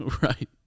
Right